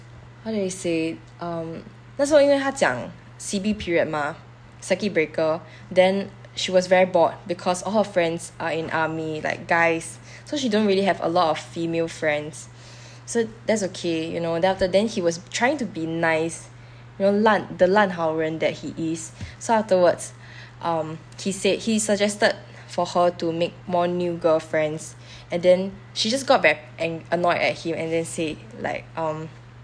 how do I say it um 那时候她讲 C_B period mah circuit breaker then she was very bored because all her friends are in army like guys so she don't really have a lot of female friends so that's okay you know then after then he was trying to be nice you know 烂 the 烂好人 that he is so afterwards um he said he suggested for her to make more new girlfriends and then she just got ver~ ang~ annoyed at him and then say like